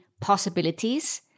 possibilities